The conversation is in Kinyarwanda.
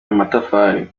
amatafari